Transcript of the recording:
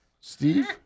Steve